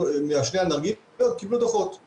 ממשרד הבריאות כפיילוט לנסות לפתח את